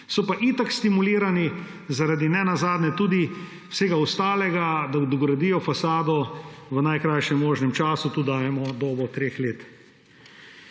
So pa itak stimulirani zaradi ne nazadnje tudi vsega ostalega, da dogradijo fasado v najkrajšem možnem času. Tu dajemo dobo treh let.